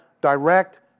direct